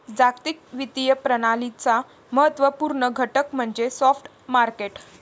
जागतिक वित्तीय प्रणालीचा महत्त्व पूर्ण घटक म्हणजे स्पॉट मार्केट